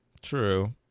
True